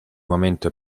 momento